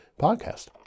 podcast